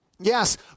Yes